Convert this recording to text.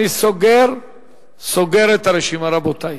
אני סוגר את הרשימה, רבותי.